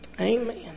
Amen